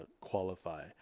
qualify